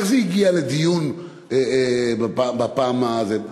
איך זה הגיע לדיון בפעם הזאת?